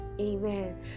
amen